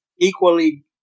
equally